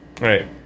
right